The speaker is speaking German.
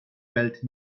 welt